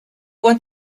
want